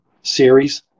series